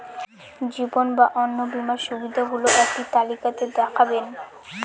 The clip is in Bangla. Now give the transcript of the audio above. জীবন বা অন্ন বীমার সুবিধে গুলো একটি তালিকা তে দেখাবেন?